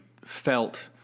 felt